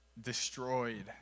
destroyed